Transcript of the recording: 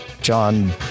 John